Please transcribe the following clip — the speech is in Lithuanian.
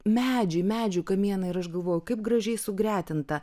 medžiai medžių kamienai ir aš galvoju kaip gražiai sugretinta